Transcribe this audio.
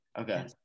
Okay